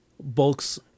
Bulk's